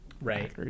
Right